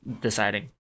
deciding